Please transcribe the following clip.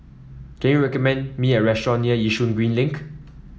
can you recommend me a restaurant near Yishun Green Link